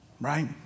right